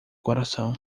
coração